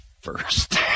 first